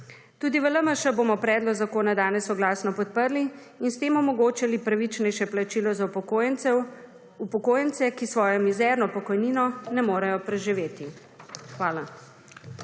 Tudi v LMŠ bomo predlog zakona danes soglasno podprli in s tem omogočili pravičnejše plačilo za upokojence, ki svojo mizerno pokojnino ne morejo preživeti. Hvala.